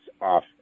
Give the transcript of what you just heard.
off